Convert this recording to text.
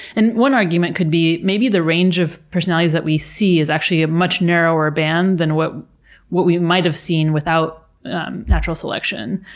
and one argument could be, maybe the range of personalities that we see is actually a much narrower band than what what we might have seen without natural selection.